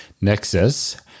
Nexus